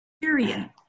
period